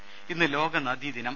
രേര ഇന്ന് ലോക നദീ ദിനം